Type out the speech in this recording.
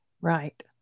Right